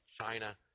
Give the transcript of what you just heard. china